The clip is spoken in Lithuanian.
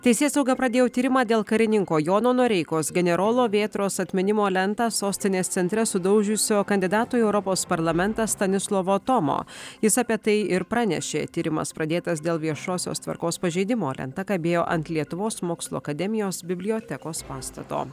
teisėsauga pradėjo tyrimą dėl karininko jono noreikos generolo vėtros atminimo lentą sostinės centre sudaužiusio kandidato į europos parlamentą stanislovo tomo jis apie tai ir pranešė tyrimas pradėtas dėl viešosios tvarkos pažeidimo lenta kabėjo ant lietuvos mokslų akademijos bibliotekos pastato